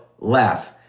laugh